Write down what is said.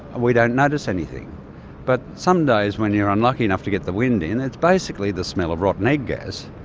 we don't notice anything but some days when you're unlucky enough to get the wind in, it's basically the smell of rotten egg gas.